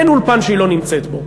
אין אולפן שהיא לא נמצאת בו,